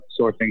sourcing